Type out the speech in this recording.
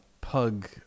pug